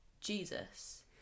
jesus